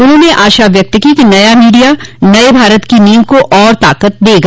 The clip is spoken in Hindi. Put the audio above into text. उन्होंने आशा व्यक्त की कि नया मीडिया नये भारत की नींव को और ताकत देगा